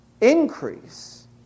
increase